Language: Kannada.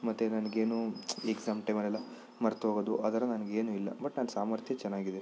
ಮತ್ತೆ ನನಗೇನು ಎಕ್ಸಾಮ್ ಟೈಮಲ್ಲೆಲ್ಲ ಮರ್ತೋಗೋದು ಅದೆಲ್ಲ ನನಗೇನು ಇಲ್ಲ ಬಟ್ ನನ್ನ ಸಾಮರ್ಥ್ಯ ಚೆನ್ನಾಗಿದೆ